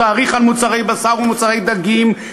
תאריך על מוצרי בשר ומוצרי דגים,